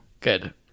Good